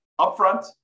upfront